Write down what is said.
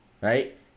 right